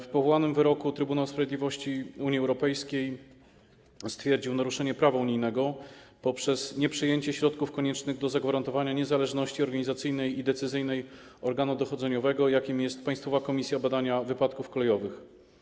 W powołanym wyroku Trybunał Sprawiedliwości Unii Europejskiej stwierdził naruszenie prawa unijnego poprzez nieprzyjęcie środków koniecznych do zagwarantowania niezależności organizacyjnej i decyzyjnej organu dochodzeniowego, jakim jest Państwowa Komisja Badania Wypadków Kolejowych.